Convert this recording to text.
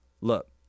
Look